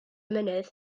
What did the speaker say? mynydd